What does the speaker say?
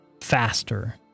faster